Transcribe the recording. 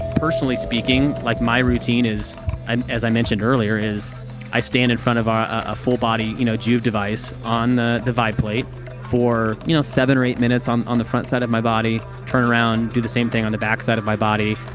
personally speaking, like my routine, and as i mentioned earlier, is i stand in front of um a full body you know joovv device on the the vibe plate for you know seven or eight minutes on on the front side of my body, turn around and do the same thing on the back side of my body.